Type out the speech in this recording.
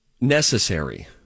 necessary